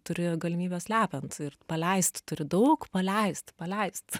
turi galimybės lepint ir paleist turi daug paleist paleist